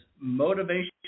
motivation